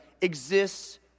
exists